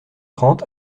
trente